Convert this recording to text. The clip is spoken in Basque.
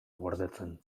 gordetzen